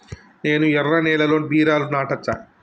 నేను ఎర్ర నేలలో బీరలు నాటచ్చా?